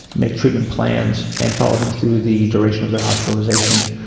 make treatment plans and follow them through the duration of their hospitalisation.